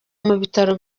bitaro